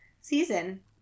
season